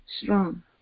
strong